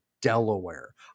Delaware